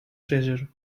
treasure